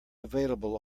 available